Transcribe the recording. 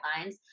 guidelines